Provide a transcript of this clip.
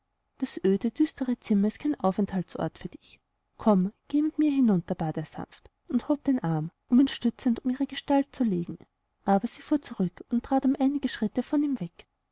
das öde düstere zimmer ist kein aufenthaltsort für dich komm gehe mit mir hinüber bat er sanft und hob den arm um ihn stützend um ihre gestalt zu legen aber sie fuhr zurück und trat um einige schritte von ihm weg